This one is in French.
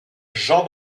jean